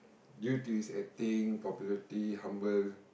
due to his acting popularity humble